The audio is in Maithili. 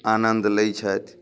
आनन्द लै छथि